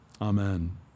Amen